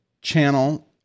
channel